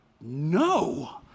no